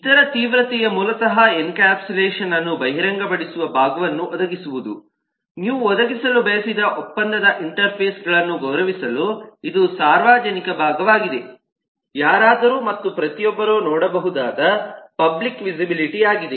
ಇತರ ತೀವ್ರತೆಯು ಮೂಲತಃ ಎನ್ಕ್ಯಾಪ್ಸುಲೇಷನ್ಅನ್ನು ಬಹಿರಂಗಪಡಿಸುವ ಭಾಗವನ್ನು ಒದಗಿಸುವುದು ನೀವು ಒದಗಿಸಲು ಬಯಸಿದ ಒಪ್ಪಂದದ ಇಂಟರ್ಫೇಸ್ ಗಳನ್ನು ಗೌರವಿಸಲು ಇದು ಸಾರ್ವಜನಿಕ ಭಾಗವಾಗಿದೆ ಯಾರಾದರೂ ಮತ್ತು ಪ್ರತಿಯೊಬ್ಬರೂ ನೋಡಬಹುದಾದ ಪಬ್ಲಿಕ್ ವಿಸಿಬಿಲಿಟಿ ಆಗಿದೆ